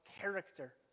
character